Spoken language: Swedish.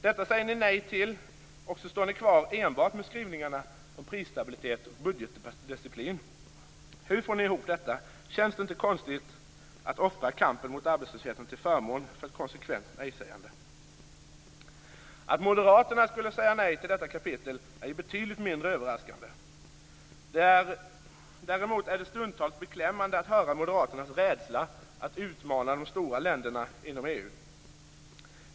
Detta säger ni nej till, och så står ni kvar med enbart skrivningarna om prisstabilitet och budgetdisciplin. Hur får ni ihop detta? Känns det inte konstigt att offra kampen mot arbetslösheten till förmån för ett konsekvent nej-sägande? Att moderaterna skulle säga nej till detta kapitel är betydligt mindre överraskande. Däremot är det stundtals beklämmande att höra moderaternas rädsla att utmana de stora länderna inom EU.